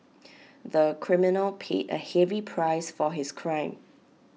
the criminal paid A heavy price for his crime